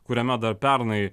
kuriame dar pernai